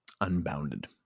unbounded